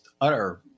utter